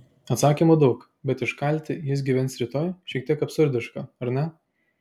atsakymų daug bet iškalti jis gyvens rytoj šiek tiek absurdiška ar ne